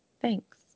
Thanks